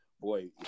boy